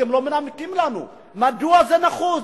אתם לא מנמקים לנו מדוע זה נחוץ.